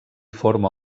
forma